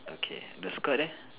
okay the skirt leh